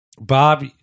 Bob